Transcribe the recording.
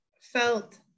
felt